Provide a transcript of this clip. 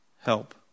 help